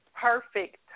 perfect